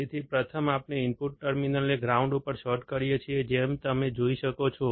તેથી પ્રથમ આપણે ઇનપુટ ટર્મિનલ્સને ગ્રાઉન્ડ ઉપર શોર્ટ કરીએ છીએ જેમ તમે જોઈ શકો છો